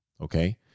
okay